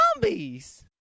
zombies